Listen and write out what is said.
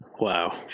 Wow